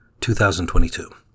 2022